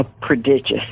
prodigious